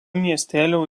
miestelio